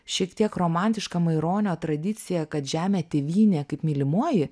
šiek tiek romantiška maironio tradicija kad žemė tėvynė kaip mylimoji